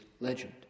legend